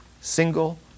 single